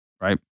Right